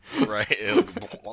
Right